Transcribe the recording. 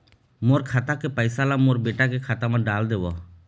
मोर खाता के पैसा ला मोर बेटा के खाता मा डाल देव?